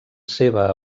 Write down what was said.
seva